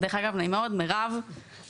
דרך אגב, אני מירב --- ממי?